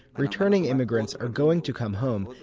returning immigrants are going to come home,